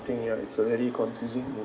think ya it's a very confusing and